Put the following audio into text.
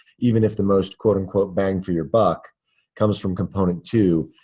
even if the most, quote unquote, bang for your buck comes from component two,